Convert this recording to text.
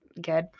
good